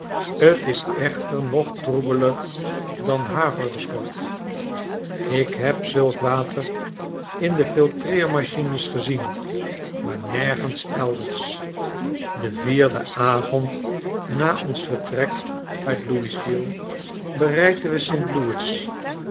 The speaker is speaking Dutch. t is echter nog troebeler dan haverdegort ik heb zulk water in de flltreermachines gezien maar nergens elders den vierden avond na ons vertrek uit l o u i sville bereikten we st louis